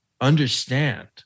understand